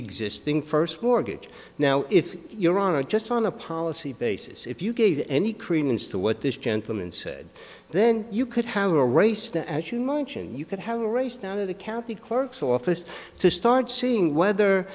existing first mortgage now if your honor just on a policy basis if you gave any credence to what this gentleman said then you could have a race to as you mentioned you could have a race down in the county clerk's office to start seeing whether